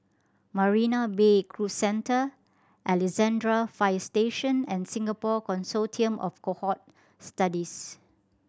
Marina Bay Cruise Centre Alexandra Fire Station and Singapore Consortium of Cohort Studies